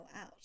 out